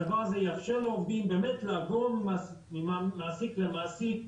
הדבר הזה יאפשר לעובדים באמת לעבור ממעסיק למעסיק,